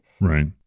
Right